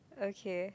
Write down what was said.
okay